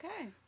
okay